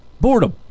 boredom